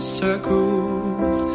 circles